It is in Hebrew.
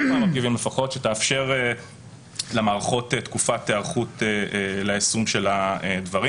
מהמרכיבים לפחות שתאפשר למערכות תקופת היערכות ליישום של הדברים.